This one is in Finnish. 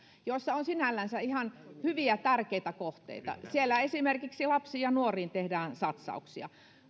joissa on sinällään ihan hyviä tärkeitä kohteita siellä esimerkiksi lapsiin ja nuoriin tehdään satsauksia